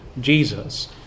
Jesus